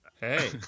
Hey